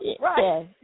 Right